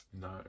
no